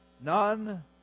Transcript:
None